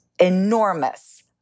enormous